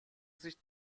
sich